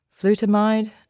flutamide